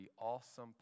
awesome